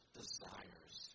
desires